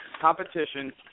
competition